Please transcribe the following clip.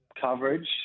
coverage